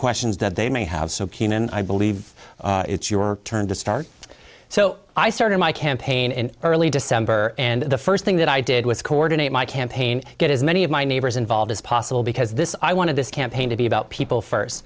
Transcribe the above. questions that they may have so keen and i believe it's your turn to start so i started my campaign in early december and the first thing that i did was coordinate my campaign get as many of my neighbors involved as possible because this i wanted this campaign to be about people first